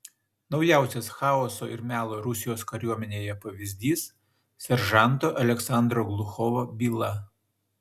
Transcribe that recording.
naujausias chaoso ir melo rusijos kariuomenėje pavyzdys seržanto aleksandro gluchovo byla